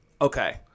Okay